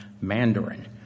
Mandarin